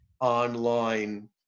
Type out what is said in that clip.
online